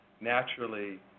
naturally